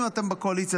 אם אתם בקואליציה,